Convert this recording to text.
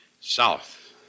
South